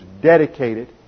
dedicated